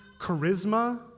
charisma